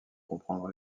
comprendre